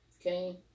Okay